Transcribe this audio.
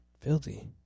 filthy